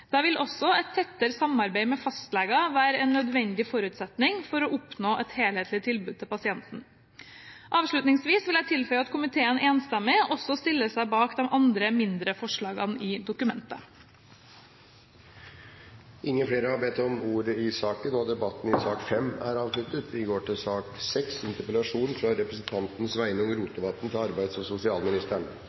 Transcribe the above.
Da vil også et tettere samarbeid med fastleger være en nødvendig forutsetning for å oppnå et helhetlig tilbud til pasienten. Avslutningsvis vil jeg tilføye at komiteen enstemmig også stiller seg bak de andre, mindre forslagene i dokumentet. Flere har ikke bedt om ordet til sak nr. 5. Å varsle om kritikkverdige, utilbørlege eller jamvel ulovlege forhold på ein arbeidsplass kan vere ei svært tung bør. Dei fleste av oss har lojalitet til